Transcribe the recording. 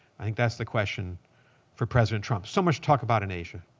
i think that's the question for president trump. so much to talk about in asia.